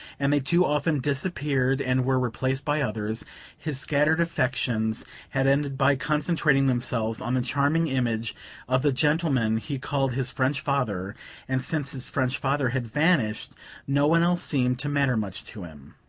and they too often disappeared and were replaced by others his scattered affections had ended by concentrating themselves on the charming image of the gentleman he called his french father and since his french father had vanished no one else seemed to matter much to him.